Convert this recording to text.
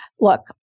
Look